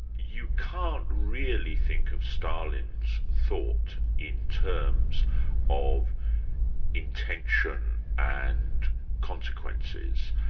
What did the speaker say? you can't really think of stalin's thought in terms of intention and consequences.